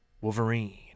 Wolverine